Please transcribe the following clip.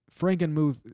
Frankenmuth